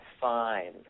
fine